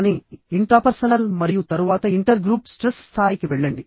కానీ ఇంట్రాపర్సనల్ మరియు తరువాత ఇంటర్ గ్రూప్ స్ట్రెస్స్ స్థాయికి వెళ్లండి